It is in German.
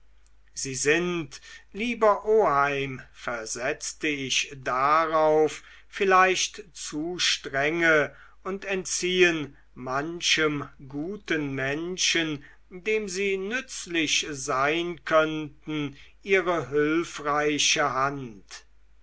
sie sind lieber oheim versetzte ich darauf vielleicht zu strenge und entziehen manchem guten menschen dem sie nützlich sein könnten ihre hülfreiche hand